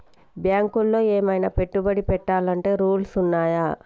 బ్యాంకులో ఏమన్నా పెట్టుబడి పెట్టాలంటే రూల్స్ ఉన్నయా?